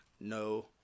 no